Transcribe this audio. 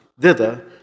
thither